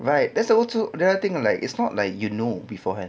right that's the whole to the other thing like it's not like you know beforehand